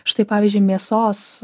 štai pavyzdžiui mėsos